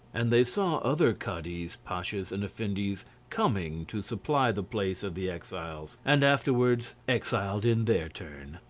and they saw other cadis, pashas, and effendis coming to supply the place of the exiles, and afterwards exiled in their turn.